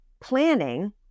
planning